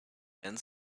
and